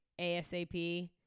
ASAP